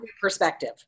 perspective